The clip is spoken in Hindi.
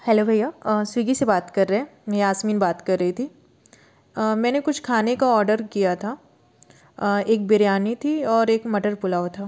हेलो भैया स्विगी से बात कर रहे हैं मैं यासमीन बात कर रही थी मैंने कुछ खाने का ऑडर किया था एक बिरयानी थी और एक मटर पुलाव था